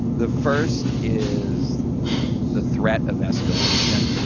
the first is the threat of escalation,